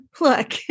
look